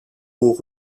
aux